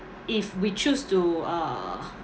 if we choose to uh